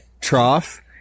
trough